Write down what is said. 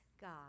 God